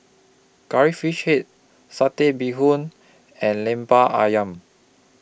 Curry Fish Head Satay Bee Hoon and Lemper Ayam